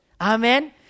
Amen